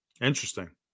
Interesting